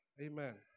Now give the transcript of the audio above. Amen